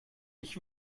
ich